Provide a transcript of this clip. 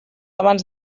abans